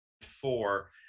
four